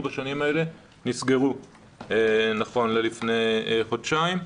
בשנים האלה נסגרו נכון ללפני חודשיים,